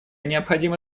необходимо